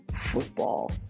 football